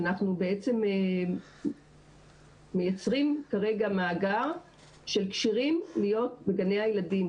שאנחנו בעצם מייצרים כרגע מאגר של כשרים להיות בגני הילדים.